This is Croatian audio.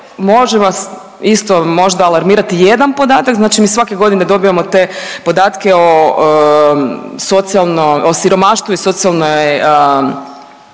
može vas isto možda alarmirati jedan podatak, znači mi svake godine dobivamo te podatke o socijalno…,